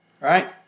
right